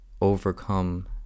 overcome